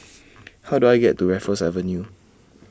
How Do I get to Raffles Avenue